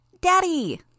Daddy